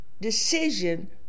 decision